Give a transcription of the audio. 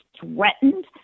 threatened